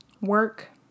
Work